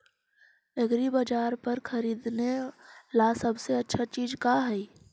एग्रीबाजार पर खरीदने ला सबसे अच्छा चीज का हई?